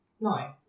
no